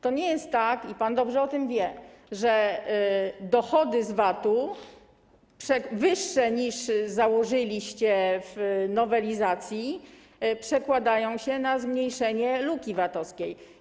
To nie jest tak - i pan dobrze o tym wie - że dochody z VAT wyższe, niż założyliście w nowelizacji, przekładają się na zmniejszenie luki VAT-owskiej.